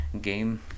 game